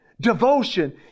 devotion